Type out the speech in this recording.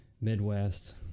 Midwest